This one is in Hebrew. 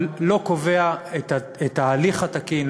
אבל לא קובע את ההליך התקין,